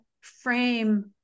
frame